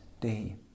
day